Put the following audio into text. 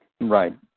Right